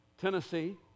Tennessee